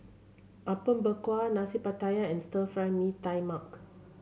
Apom Berkuah Nasi Pattaya and Stir Fry Mee Tai Mak